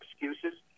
excuses